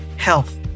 Health